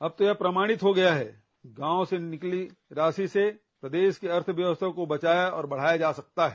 अब तो यह प्रमाणित हो गया है कि गांवों से निकली राशि से प्रदेश की अर्थव्यवस्था को बचाया और बढ़ाया जा सकता है